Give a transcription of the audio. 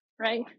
right